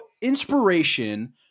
inspiration